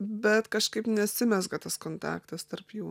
bet kažkaip nesimezga tas kontaktas tarp jų